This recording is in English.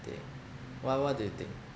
think what what do you think